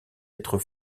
être